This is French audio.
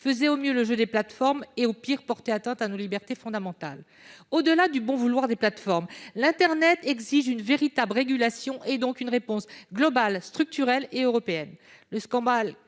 faisaient le jeu des plateformes et, au pire, portaient atteinte à nos libertés fondamentales. Au-delà du bon vouloir des plateformes, internet exige une véritable régulation et, donc, une réponse globale, structurelle et européenne.